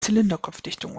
zylinderkopfdichtung